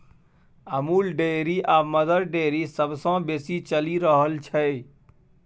Amul dairy आ Mother Dairy सबसँ बेसी चलि रहल छै